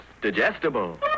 digestible